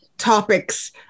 topics